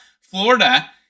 Florida